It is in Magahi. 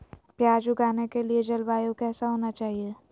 प्याज उगाने के लिए जलवायु कैसा होना चाहिए?